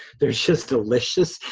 they're just delicious.